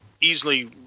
easily